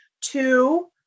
Two